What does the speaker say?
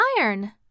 iron